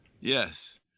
Yes